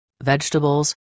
vegetables